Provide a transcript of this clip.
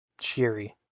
cheery